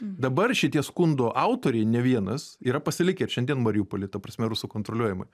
dabar šitie skundo autoriai ne vienas yra pasilikę ir šiandien mariupoly ta prasme rusų kontroliuojamoj